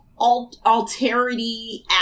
alterity